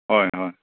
ꯍꯣꯏ ꯍꯣꯏ